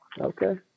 Okay